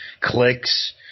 clicks